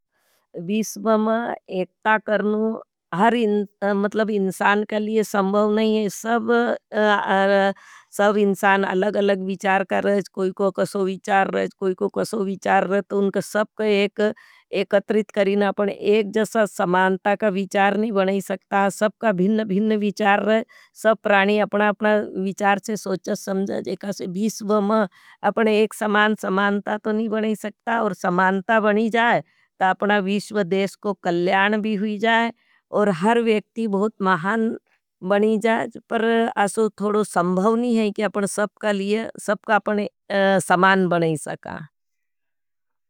वीश्व में एक्ता करनू हर इंसान के लिए संभाव नहीं है। सब इंसान अलग-अलग विचार कर रहे हैं। कोई को कसो विचार रहज कोई को कसो विचार रहज। ताऊ उनका सब को एक एकत्रित करना पड़ी। एक जैसा समानता का विचार नी बनी सकता। सब का भिन्न भिन्न विचार रह। सब प्राणी अपना अपना विचार छे सोचत समझात। जेखसे विश्व माँ अपने एक समान समानता तो नाहि बनी सकत। और समानता बनी जाये तो अपना विश्व देश को कल्याण भी हुई जाये। और हर व्यक्ति बहुत महान बनी जाये। पर ऐसो थोड़ो संभव नी है। की अपन सबको लिए सबका अपनी समान बनायी सके।